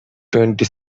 twenty